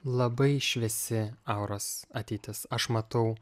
labai šviesi auros ateitis aš matau